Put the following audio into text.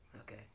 Okay